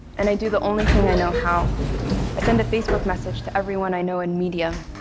and i do the only thing i know how i send a facebook message to everyone i know in media.